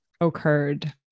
occurred